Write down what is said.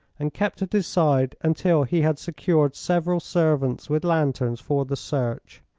and kept at his side until he had secured several servants with lanterns for the search.